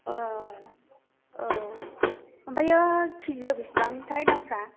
औ ओमफ्राय केजिआव बेसेबांथाय दामफ्रा